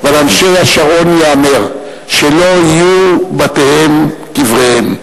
אנשי השרון ייאמר שלא יהיו בתיהם קבריהם.